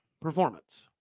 performance